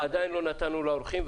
עדיין לא נתנו לאורחים,